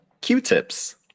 Q-tips